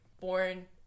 born